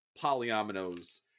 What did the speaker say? polyominoes